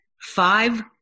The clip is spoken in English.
five